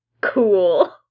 cool